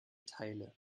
teile